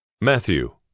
Matthew